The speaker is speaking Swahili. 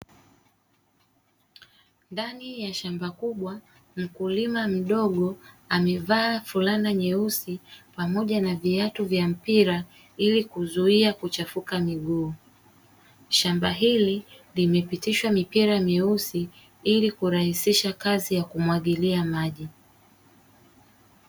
Ndani ya shamba kubwa, mkulima mdogo amevaa fulana nyeusi pamoja na viatu vya mpira, ili kuzuia kuchafuka miguu. Shamba hili limepitishwa mipira myeusi ili kurahisisha kazi ya kumwagilia maji.